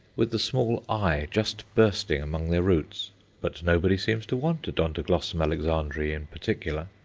with the small eye just bursting among their roots but nobody seems to want odontoglossum alexandrae in particular.